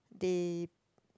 they